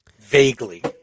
Vaguely